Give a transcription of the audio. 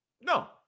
No